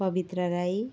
Pavitra Rai